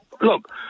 look